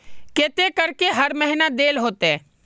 केते करके हर महीना देल होते?